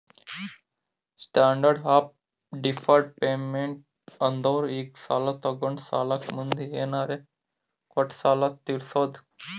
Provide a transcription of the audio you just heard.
standard of deferred payment ಅಂದುರ್ ಈಗ ತೊಗೊಂಡ ಸಾಲಕ್ಕ ಮುಂದ್ ಏನರೇ ಕೊಟ್ಟು ಸಾಲ ತೀರ್ಸೋದು